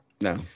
No